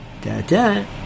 Da-da